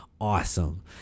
Awesome